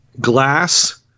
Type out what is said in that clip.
Glass